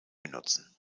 benutzen